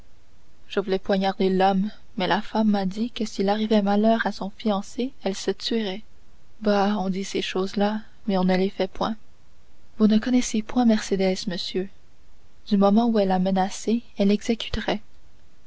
je voulais poignarder l'homme mais la femme m'a dit que s'il arrivait malheur à son fiancé elle se tuerait bah on dit ces choses-là mais on ne les fait point vous ne connaissez point mercédès monsieur du moment où elle a menacé elle